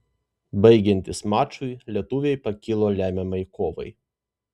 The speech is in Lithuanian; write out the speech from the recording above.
baigiantis mačui lietuviai pakilo lemiamai kovai